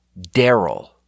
Daryl